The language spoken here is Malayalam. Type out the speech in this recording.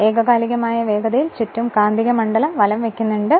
ഏകകാലികമായ വേഗതയിൽ ചുറ്റും കാന്തിക മണ്ഡലം വലം വയ്ക്കുന്നുണ്ട്